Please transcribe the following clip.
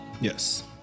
Yes